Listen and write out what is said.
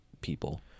people